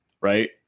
right